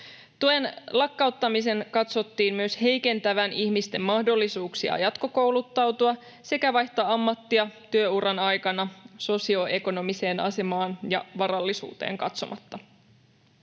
Tuen lakkauttamisen katsottiin myös heikentävän ihmisten mahdollisuuksia jatkokouluttautua sekä vaihtaa ammattia työuran aikana sosioekonomiseen asemaan ja varallisuuteen katsomatta.